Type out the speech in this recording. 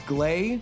Glay